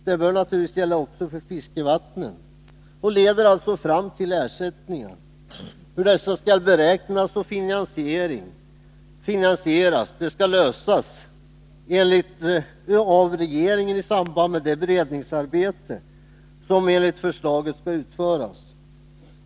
Det bör naturligtvis gälla också för fiskevattnen och leder alltså fram till ersättningar. Hur dessa skall beräknas och finansieras skall lösas av regeringen i samband med det beredningsarbete som enligt förslaget skall utföras.